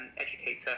educator